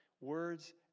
words